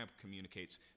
communicates